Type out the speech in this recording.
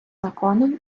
законом